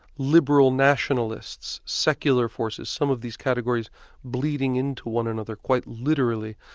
liberal nationalists, secular forces, some of these categories bleeding in to one another, quite literally.